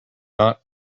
not